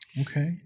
Okay